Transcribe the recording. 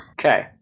Okay